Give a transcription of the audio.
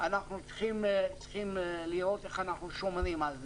אנחנו צריכים לראות איך אנחנו שומרים על זה,